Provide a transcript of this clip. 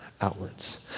outwards